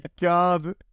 God